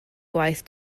gwaith